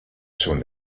schon